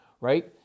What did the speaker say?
right